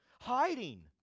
Hiding